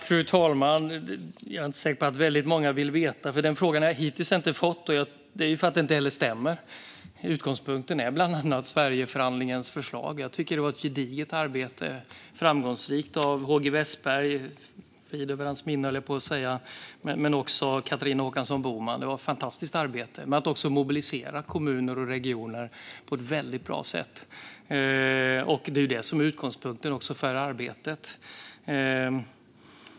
Fru talman! Jag är inte säker på att väldigt många vill veta, för hittills har jag inte fått den frågan. Det stämmer inte heller, för utgångspunkten är bland annat Sverigeförhandlingens förslag. Det var ett gediget och framgångsrikt arbete av HG Wessberg - frid över hans minne - och Catharina Håkansson Boman. De gjorde ett fantastiskt arbete med att mobilisera kommuner och regioner på ett bra sätt, vilket också är utgångspunkten för arbetet.